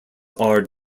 are